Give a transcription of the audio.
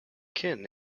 kin